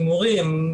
הימורים,